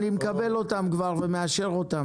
אני מקבל את ההסתייגויות ומאשר אותן,